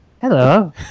hello